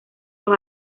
los